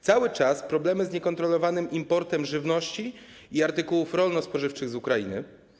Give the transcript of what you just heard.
Cały czas są problemy z niekontrolowanym importem żywności i artykułów rolno-spożywczych z Ukrainy.